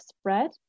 spread